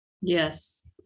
Yes